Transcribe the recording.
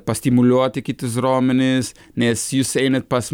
pastimuliuoti kiti raumenys nes jūs einat pas